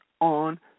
on